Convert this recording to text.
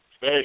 hey